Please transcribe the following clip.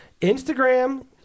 Instagram